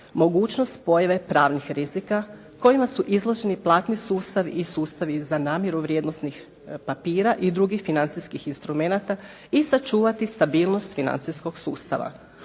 mogućnost pojave pravnih rizika kojima su izloženi platni sustav i sustavi za namjeru vrijednosnih papira i drugih financijskih instrumenata i sačuvati stabilnost financijskog sustava.